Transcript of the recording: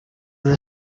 they